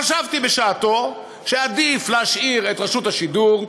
חשבתי בשעתו שעדיף להשאיר את רשות השידור,